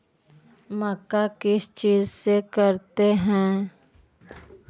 मक्का किस चीज से करते हैं?